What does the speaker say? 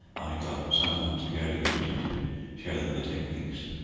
i got summoned to go to houston to show them the techniques.